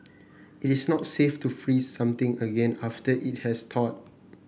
it is not safe to freeze something again after it has thawed